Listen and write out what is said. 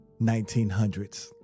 1900s